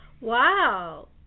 Wow